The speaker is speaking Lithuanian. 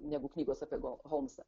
negu knygos apie ho holmsą